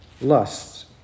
lusts